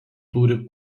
turi